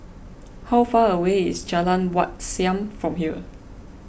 how far away is Jalan Wat Siam from here